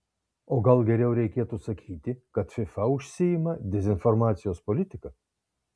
o gal geriau reikėtų sakyti kad fifa užsiima dezinformacijos politika